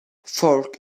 folk